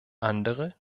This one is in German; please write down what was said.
andere